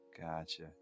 Gotcha